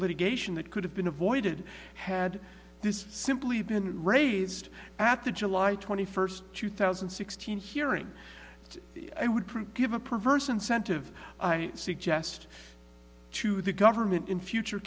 litigation that could have been avoided had this simply been raised at the july twenty first two thousand and sixteen hearing that would prove give a perverse incentive i suggest to the government in future